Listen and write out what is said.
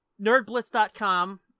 NerdBlitz.com